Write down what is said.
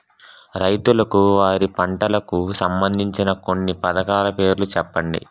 రైతులకు వారి పంటలకు సంబందించిన కొన్ని పథకాల పేర్లు చెప్పండి?